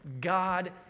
God